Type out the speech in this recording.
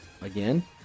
again